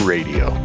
Radio